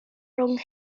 rhwng